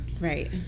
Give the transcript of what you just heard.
Right